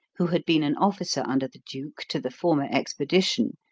who had been an officer under the duke to the former expedition,